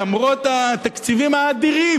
למרות התקציבים האדירים,